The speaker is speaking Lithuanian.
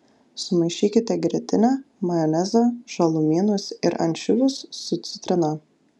sumaišykite grietinę majonezą žalumynus ir ančiuvius su citrina